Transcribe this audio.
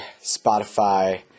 Spotify